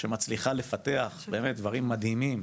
שמצליחה לפתח דברים באמת מדהימים,